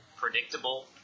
predictable